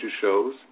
shows